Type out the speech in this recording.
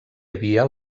havia